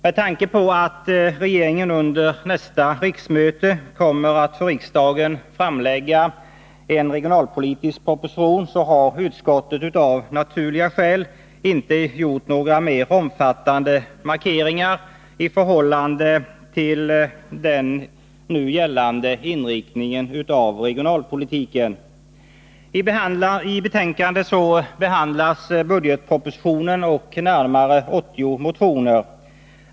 Med tanke på att regeringen under nästa riksmöte kommer att för riksdagen framlägga en regionalpolitisk proposition, har utskottet av naturliga skäl inte gjort några mer omfattande markeringar i förhållande till nu gällande inriktning av regionalpolitiken. I betänkandet behandlas budgetpropositionen och närmare 80 motioner.